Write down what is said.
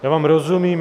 Já vám rozumím.